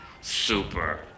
super